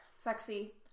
Sexy